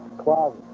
closet